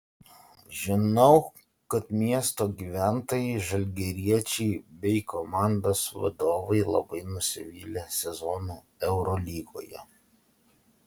žinau kad miesto gyventojai žalgiriečiai bei komandos vadovai labai nusivylė sezonu eurolygoje